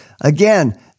Again